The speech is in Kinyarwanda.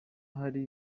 hari